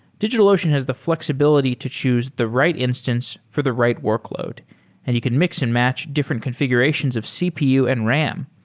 digitalocean has the fl exibility to choose the right instance for the right workload and he could mix-and-match different confi gurations of cpu and ram.